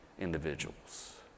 individuals